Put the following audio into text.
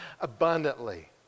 abundantly